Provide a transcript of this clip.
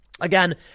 Again